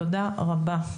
תודה רבה.